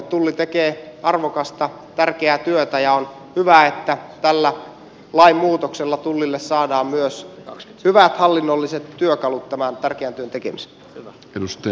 tulli tekee arvokasta tärkeää työtä ja on hyvä että tällä lainmuutoksella tullille saadaan myös hyvät hallinnolliset työkalut tämän tärkeän työn tekemiseen